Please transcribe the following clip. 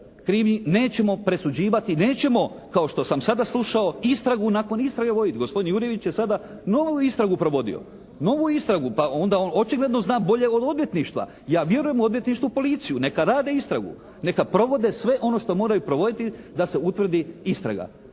krivi, nećemo presuđivati, nećemo kao što sam sada slušao istragu nakon istrage voditi. Gospodin Jurjević je sada novu istragu provodio. Novu istragu. Pa onda on očigledno zna bolje od odvjetništva. Ja vjerujem u odvjetništvo i policiju, neka rade istragu. Neka provode sve ono što moraju provoditi da se utvrdi istraga.